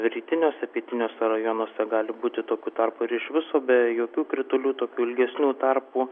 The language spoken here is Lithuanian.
rytiniuose pietiniuose rajonuose gali būti tokių tarpų ir iš viso be jokių kritulių tokių ilgesnių tarpų